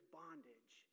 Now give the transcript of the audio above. bondage